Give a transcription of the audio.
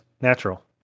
Natural